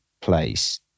place